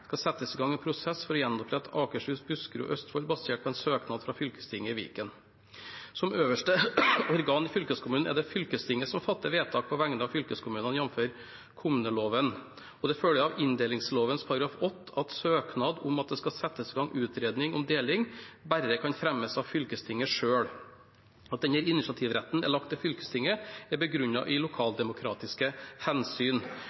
skal settes i gang en prosess for å gjenopprette Akershus, Buskerud og Østfold basert på en søknad fra fylkestinget i Viken. Som øverste organ i fylkeskommunen er det fylkestinget som fatter vedtak på vegne av en fylkeskommune, jf. kommuneloven. Det følger av inndelingsloven § 8 at søknad om at det skal settes i gang utredning om deling, bare kan fremmes av fylkestinget selv. At denne initiativretten er lagt til fylkestinget, er begrunnet i lokaldemokratiske hensyn.